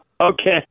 Okay